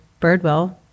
Birdwell